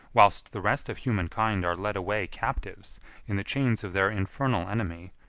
whilst the rest of human kind are led away captives in the chains of their infernal enemy,